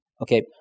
Okay